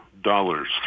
dollars